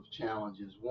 challenges